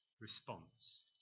response